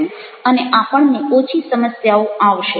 અને આપણને ઓછી સમસ્યાઓ આવશે